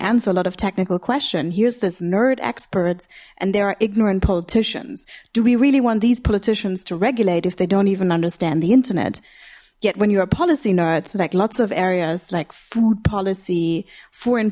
answer a lot of technical question here's this nerd experts and there are ignorant politicians do we really want these politicians to regulate if they don't even understand the internet yet when you're a policy nerd select lots of areas like food policy foreign